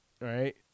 right